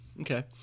Okay